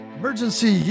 Emergency